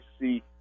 see